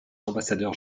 ambassadeurs